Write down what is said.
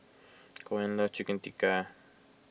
Koen loves Chicken Tikka